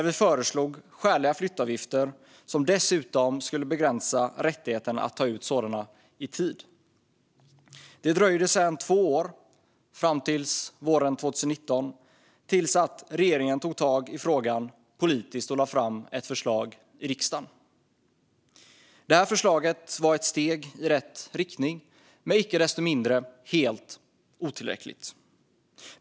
Vi föreslog skäliga flyttavgifter och dessutom en begränsning av rättigheten att ta ut sådana i tid. Det dröjde sedan två år, fram till våren 2019, tills regeringen tog tag i frågan politiskt och lade fram ett förslag i riksdagen. Förslaget var ett steg i rätt riktning men icke desto mindre helt otillräckligt.